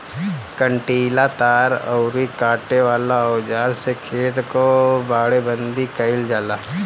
कंटीला तार अउरी काटे वाला औज़ार से खेत कअ बाड़ेबंदी कइल जाला